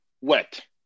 wet